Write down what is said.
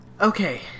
Okay